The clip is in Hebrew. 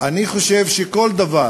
אני חושב שכל דבר